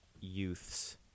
youths